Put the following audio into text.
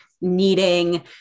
needing